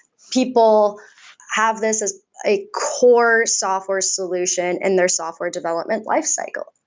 people have this as a core software solution in their software development lifecycle.